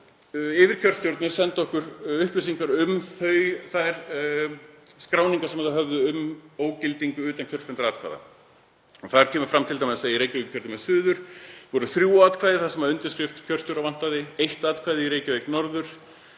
mati. Yfirkjörstjórnin sendi okkur upplýsingar um þær skráningar sem þau höfðu um ógildingu utankjörfundaratkvæða. Þar kemur t.d. fram að í Reykjavíkurkjördæmi suður voru þrjú atkvæði þar sem undirskrift kjörstjóra vantaði, eitt atkvæði í Reykjavík norður,